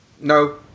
no